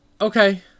Okay